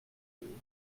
you